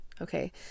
Okay